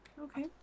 okay